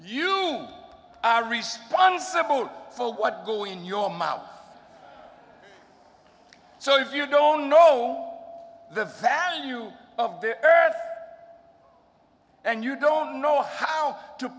you are responsible for what go in your mouth so if you don't know the value of the earth and you don't know how to